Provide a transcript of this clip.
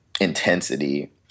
intensity